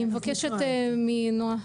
אני מבקשת מנעה,